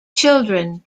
children